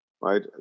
right